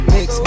Mix